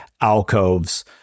alcoves